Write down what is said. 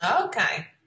Okay